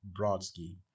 Brodsky